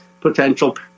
potential